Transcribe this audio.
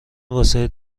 واسه